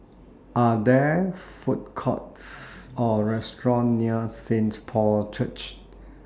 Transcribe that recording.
Are There Food Courts Or Restaurant near Saint Paul Church